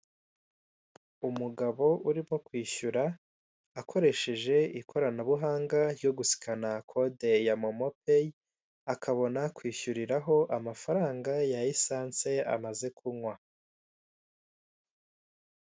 Umugabo urimo kwishyura akoresheje ikoranabuhanga ryo guskana kode ya momopayi akabona kwishyuriraho amafaranga esase amaze kunywa.